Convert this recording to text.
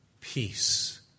Peace